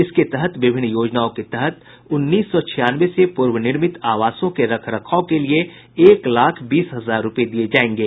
इसके तहत विभिन्न योजनाओं के तहत उन्नीस सौ छियानवे से पूर्व निर्मित आवासों के रख रखाव के लिए एक लाख बीस हजार रूपये दिये जायेंगे